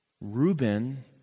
Reuben